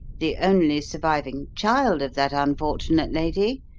the only surviving child of that unfortunate lady,